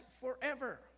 forever